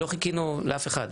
לא חיכינו לאף אחד,